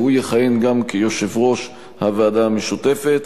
והוא יכהן גם כיושב-ראש הוועדה המשותפת.